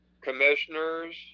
commissioners